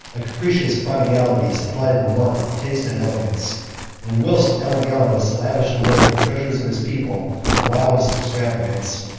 a capricious prodigality supplied the want of taste and elegance and whilst elagabalus lavished away the treasures of his people in the wildest extravagance,